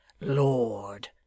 Lord